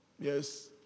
Yes